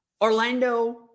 Orlando